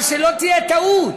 אבל שלא תהיה טעות,